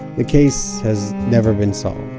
the case has never been solved